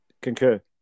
Concur